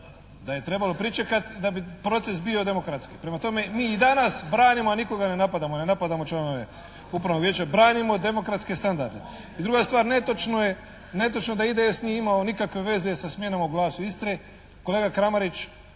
da je trebalo pričekati da bi proces bio demokratski. Prema tome, mi i danas branimo a nikoga ne napadamo, ne napadamo članove upravnog vijeća, branimo demokratske standarde. I druga stvar, netočno je da IDS nije imao nikakve veze sa smjenom u Glasu Istre. Kolega Kramarić